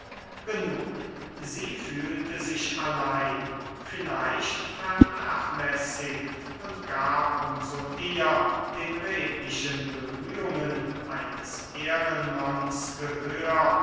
genug sie fühlte sich allein vielleicht vernachlässigt und gab um so eher den redlichen bemühungen eines ehrenmanns gehör